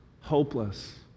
Hopeless